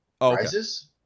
Rises